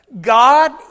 God